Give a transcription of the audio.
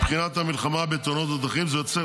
מבחינת המלחמה בתאונות הדרכים זה יוצר